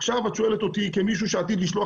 עכשיו את שואלת אותי כמישהו שעתיד לשלוח